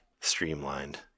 streamlined